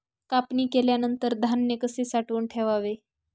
कापणी केल्यानंतर धान्य कसे साठवून ठेवावे?